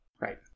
Right